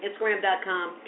Instagram.com